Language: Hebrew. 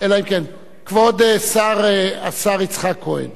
כבוד השר יצחק כהן,